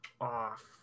off